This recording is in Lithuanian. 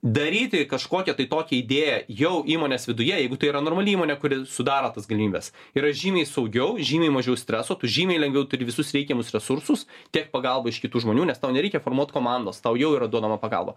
daryti kažkokią tai tokią idėją jau įmonės viduje jeigu tai yra normali įmonė kuri sudaro tas galimybes yra žymiai saugiau žymiai mažiau streso tu žymiai lengviau turi visus reikiamus resursus tiek pagalba iš kitų žmonių nes tau nereikia formuot komandos tau jau yra duodama pagalba